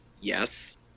Yes